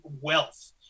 wealth